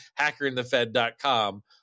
hackerinthefed.com